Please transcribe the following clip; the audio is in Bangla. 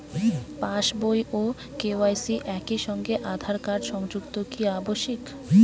পাশ বই ও কে.ওয়াই.সি একই সঙ্গে আঁধার কার্ড সংযুক্ত কি আবশিক?